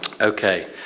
Okay